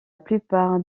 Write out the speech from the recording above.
plupart